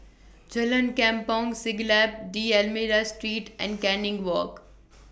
Jalan Kampong Siglap D'almeida Street and Canning Walk